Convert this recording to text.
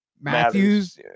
Matthews